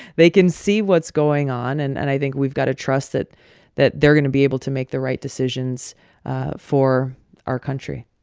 they can see what's going on. and and i think we've got to trust that that they're going to be able to make the right decisions for our country